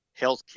healthcare